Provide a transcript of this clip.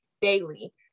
daily